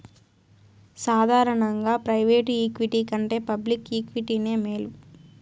సాదారనంగా private equity కంటే public ఈక్విటీనే మేలు